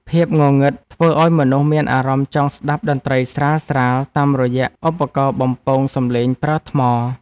ភាពងងឹតធ្វើឱ្យមនុស្សមានអារម្មណ៍ចង់ស្តាប់តន្ត្រីស្រាលៗ តាមរយៈឧបករណ៍បំពងសំឡេងប្រើថ្ម។